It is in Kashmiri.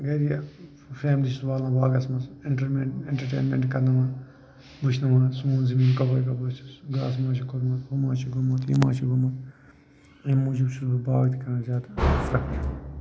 گَرِ فیِملِی چھُس بہٕ والان باغَس منٛز اِنٹَرمِنٹ اِنٹَرٹینمینٹ کَرٕناوان وُچھُو سون زٔمِیٖن کپٲرۍ کَپٲرۍ چھُ گاسہٕ ما چھِ کھوٚتمُت ہُہ ما چھُ گوٚمُت یہِ ما چھِ گوٚمُت اَمہِ موٗجوٗب چھُس بہٕ باغ تہِ کران زیادٕ پَرٛیفَر